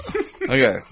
Okay